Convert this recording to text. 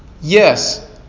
yes